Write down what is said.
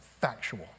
factual